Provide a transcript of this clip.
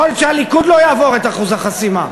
ויכול להיות שהליכוד לא יעבור את אחוז החסימה.